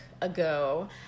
ago